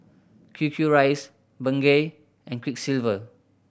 Q Q Rice Bengay and Quiksilver